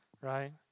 right